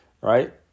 Right